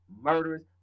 murderers